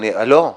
לא.